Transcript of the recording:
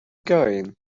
going